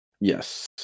Yes